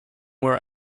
were